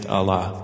Allah